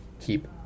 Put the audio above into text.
keep